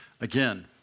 Again